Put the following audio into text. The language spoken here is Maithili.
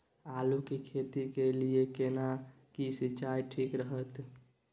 आलू की खेती के लिये केना सी सिंचाई ठीक रहतै?